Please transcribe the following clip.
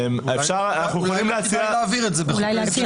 אנחנו יכולים להציע להעביר את זה בחוק ההסדרים.